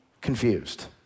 confused